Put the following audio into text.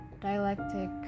dialectic